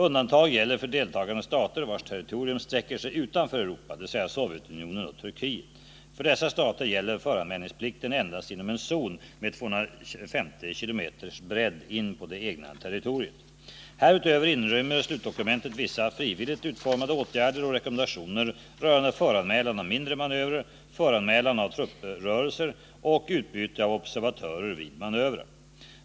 Undantag gäller för deltagande stater vars territorium sträcker sig utanför Europa, dvs. Sovjetunionen och Turkiet. För dessa stater gäller föranmälansplikten endast inom en zon med 250 km bredd in på det egna territoriet. Härutöver inrymmer slutdokumentet vissa frivilligt utformade åtgärder och rekommendationer rörande föranmälan av mindre manövrar, föranmälan av trupprörelser och utbyte av observatörer vid manövrar.